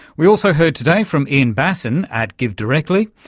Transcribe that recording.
we also heard today from ian bassin at givedirectly,